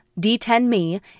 D10Me